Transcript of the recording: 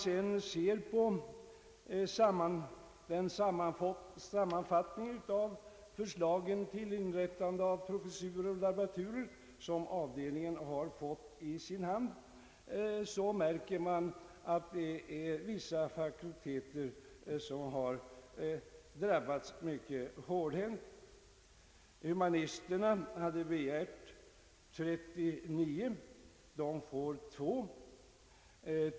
Av den sammanfattning av förslagen till inrättande av professurer och laboraturer, som avdelningen fått i sin hand, framgår att vissa fakulteter har drabbats mycket hårt. Humanisterna hade begärt 39 sådana nya tjänster, men får bara två.